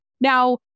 Now